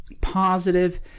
positive